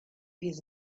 his